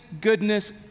goodness